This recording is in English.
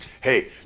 Hey